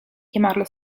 chiamarlo